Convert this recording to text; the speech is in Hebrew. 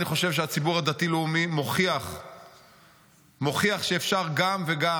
אני חושב שהציבור הדתי-לאומי מוכיח שאפשר גם וגם.